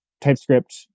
TypeScript